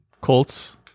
Colts